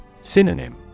Synonym